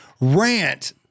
rant